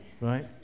Right